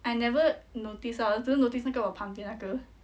I never notice lah 我只是 notice 那个我旁边那个